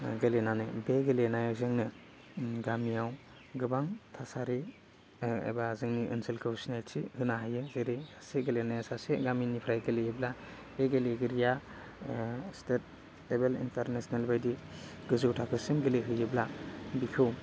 गेलेनानै बे गेलेनाया जोंनो गामियाव गोबां थासारि एबा जोंनि ओनसोलखौ सिनायथि होनो हायो जेरै सासे गेलेनाया सासे गामिनिफ्राय गेलेयोब्ला बे गेलेगिरिया स्टेट लेभेल इन्टारनेसनेल बायदि गोजौ थाखोसिम गेलेहैयोब्ला बिखौ